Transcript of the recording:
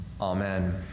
amen